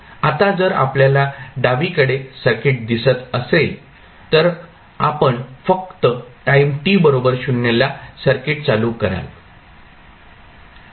आता जर आपल्याला डावीकडे सर्किट दिसत असेल तर आपण फक्त टाईम t 0 ला सर्किट चालू कराल